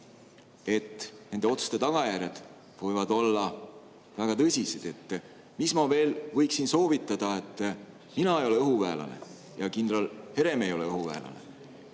et nende otsuste tagajärjed võivad olla väga tõsised. Mis ma veel võiksin soovitada? Mina ei ole õhuväelane, ka kindral Herem ei ole õhuväelane.